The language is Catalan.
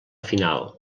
final